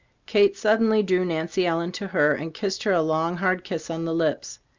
kate suddenly drew nancy ellen to her and kissed her a long, hard kiss on the lips.